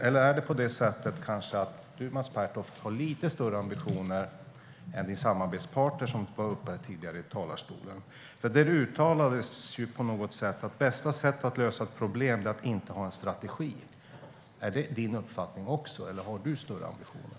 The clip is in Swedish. Eller är det kanske på det sättet att du, Mats Pertoft, har lite större ambitioner än din samarbetspartner som var uppe i talarstolen tidigare? Då utta-lades det på något sätt att det bästa sättet att lösa problem är att inte ha en strategi. Är det din uppfattning också, eller har du större ambitioner?